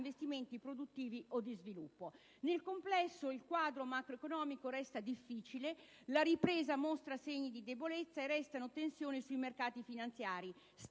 investimenti produttivi e sviluppo. Nel complesso, il quadro macroeconomico resta difficile, la ripresa mostra segni di debolezza e restano tensioni sui mercati finanziari,